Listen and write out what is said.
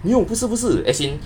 没有不是不是 as in